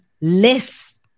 less